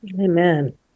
Amen